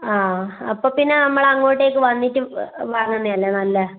ആ അപ്പോൾ പിന്നെ നമ്മള് അങ്ങോട്ടേക്ക് വന്നിട്ട് വാങ്ങുന്നത് അല്ലേ നല്ലത്